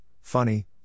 funny